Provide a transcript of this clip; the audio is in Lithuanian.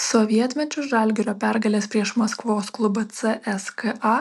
sovietmečiu žalgirio pergalės prieš maskvos klubą cska